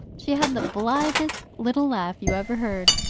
she had the blithest little laugh you ever heard.